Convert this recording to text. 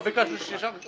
לא ביקשתי שתשאל.